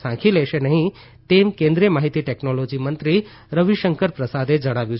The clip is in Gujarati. સાંખી લેશે નહીં તેમ કેન્દ્રિય માહિતી ટેકનોલોજી મંત્રી રવિશંકર પ્રસાદે જણાવ્યું